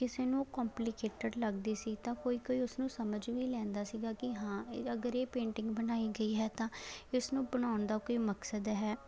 ਕਿਸੇ ਨੂੰ ਉਹ ਕੰਪਲੀਕੇਟਡ ਲੱਗਦੀ ਸੀ ਤਾਂ ਕੋਈ ਕੋਈ ਉਸਨੂੰ ਸਮਝ ਵੀ ਲੈਂਦਾ ਸੀਗਾ ਕਿ ਹਾਂ ਇਹ ਅਗਰ ਇਹ ਪੇਂਟਿੰਗ ਬਣਾਈ ਗਈ ਹੈ ਤਾਂ ਇਸ ਨੂੰ ਬਣਾਉਣ ਦਾ ਕੋਈ ਮਕਸਦ ਹੈ